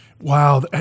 Wow